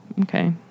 Okay